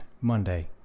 Monday